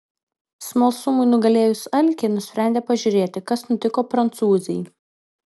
smalsumui nugalėjus alkį nusprendė pažiūrėti kas nutiko prancūzei